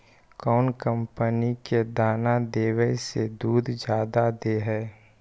कौन कंपनी के दाना देबए से दुध जादा दे है?